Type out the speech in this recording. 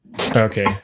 okay